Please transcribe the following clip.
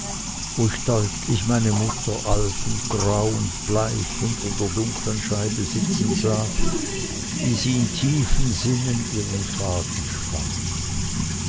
wo ich deutlich meine mutter alt und grau und bleich hinter der dunklen scheibe sitzen sah wie sie in tiefem sinnen ihren faden spann